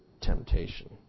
temptation